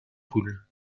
poules